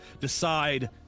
decide